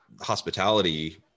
hospitality